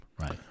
right